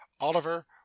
Oliver